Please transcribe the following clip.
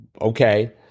okay